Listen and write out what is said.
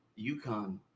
UConn